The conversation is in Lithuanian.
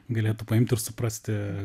galėtų paimt ir suprasti